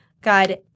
God